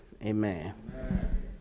Amen